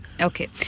Okay